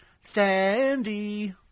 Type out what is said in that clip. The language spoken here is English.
Sandy